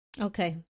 Okay